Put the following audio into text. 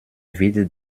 wird